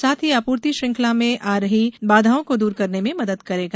साथ ही आपूर्ति श्रृंखला में आ रही बाधाओं को दूर करने में मदद करेगा